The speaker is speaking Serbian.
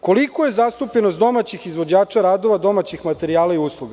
Kolika je zastupljenost domaćih izvođača radova, domaćih materijala i usluga?